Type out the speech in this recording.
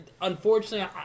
Unfortunately